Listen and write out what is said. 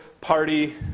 party